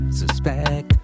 suspect